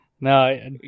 no